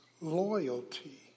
loyalty